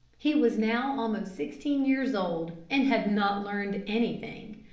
he was now almost sixteen years old and had not learned anything.